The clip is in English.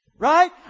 right